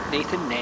Nathan